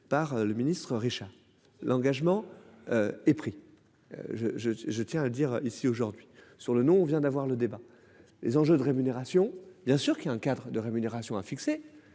par le ministre Richard l'engagement. Est pris. Je je je tiens à dire ici aujourd'hui sur le nom vient d'avoir le débat. Les enjeux de rémunération. Bien sûr qu'il y ait un cadre de rémunération a fixé.